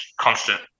constant